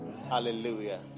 Hallelujah